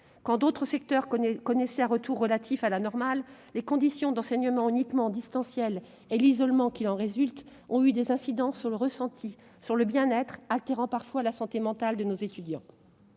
Quand d'autres secteurs connaissaient un retour relatif à la normale, les conditions d'enseignement uniquement en distanciel et l'isolement qui en résulte ont eu des incidences sur le ressenti et le bien-être de nos étudiants, altérant parfois leur santé mentale. Comme le montre